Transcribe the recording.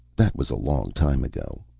that was a long time ago.